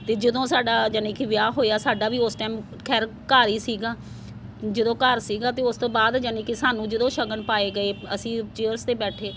ਅਤੇ ਜਦੋਂ ਸਾਡਾ ਯਾਨੀ ਕਿ ਵਿਆਹ ਹੋਇਆ ਸਾਡਾ ਵੀ ਉਸ ਟਾਈਮ ਖੈਰ ਘਰ ਹੀ ਸੀਗਾ ਜਦੋਂ ਘਰ ਸੀਗਾ ਅਤੇ ਉਸ ਤੋਂ ਬਾਅਦ ਯਾਨੀ ਕਿ ਸਾਨੂੰ ਜਦੋਂ ਸ਼ਗਨ ਪਾਏ ਗਏ ਅਸੀਂ ਚੇਅਰਸ 'ਤੇ ਬੈਠੇ